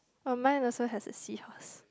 oh mine also have a seahorse